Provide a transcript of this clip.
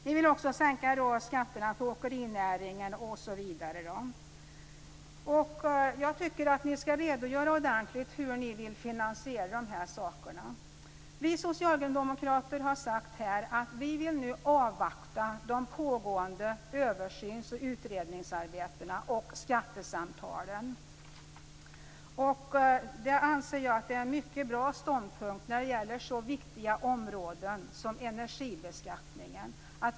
Ni vill också sänka skatterna för åkerinäringen. Jag tycker att ni skall redogöra ordentligt för hur ni vill finansiera de här sakerna. Vi socialdemokrater har sagt att vi vill avvakta de pågående översyns och utredningsarbetena och skattesamtalen. Det anser jag är en mycket bra ståndpunkt när det gäller så viktiga områden som energibeskattningen.